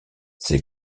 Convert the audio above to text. ces